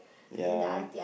ya